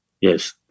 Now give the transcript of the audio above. Yes